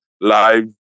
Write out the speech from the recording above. live